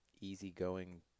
easygoing